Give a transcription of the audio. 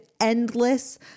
endless